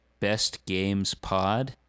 bestgamespod